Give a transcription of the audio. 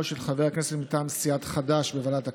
של חבר הכנסת מטעם סיעת חד"ש בוועדת הכנסת.